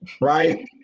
right